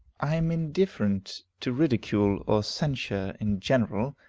i am indifferent to ridicule or censure in general